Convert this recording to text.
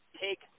take